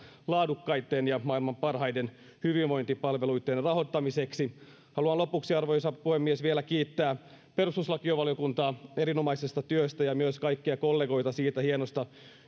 laadukkaitten ja maailman parhaiden hyvinvointipalveluitten rahoittamiseksi haluan lopuksi arvoisa puhemies vielä kiittää perustuslakivaliokuntaa erinomaisesta työstä ja myös kaikkia kollegoita siitä hienosta